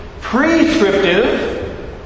prescriptive